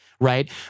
right